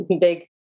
big